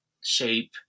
shape